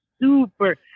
Super